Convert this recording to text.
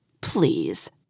please